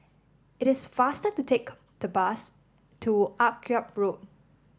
it is faster to take the bus to Akyab Road